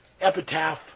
epitaph